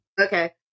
Okay